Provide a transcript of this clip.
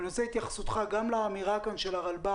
אני רוצה את התייחסותך גם לאמירה כאן של הרלב"ד